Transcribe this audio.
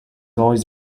always